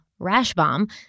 Rashbaum